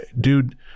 dude